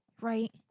right